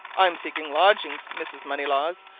i'm seeking lodgings, mrs. moneylaws,